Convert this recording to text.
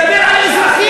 מדברים על אזרחים,